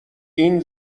این